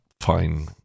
fine